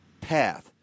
path